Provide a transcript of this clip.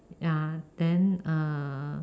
ya then uh